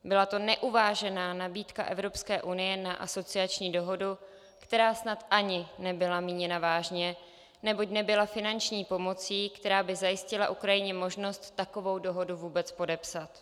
Byla to neuvážená nabídka EU na asociační dohodu, která snad ani nebyla míněna vážně, neboť nebyla finanční pomocí, která by zajistila Ukrajině možnost takovou dohodu vůbec podepsat.